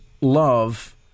love